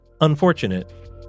unfortunate